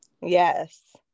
yes